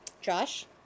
Josh